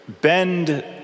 bend